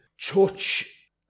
Touch